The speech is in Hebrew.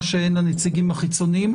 מה שאין לנציגים החיצוניים.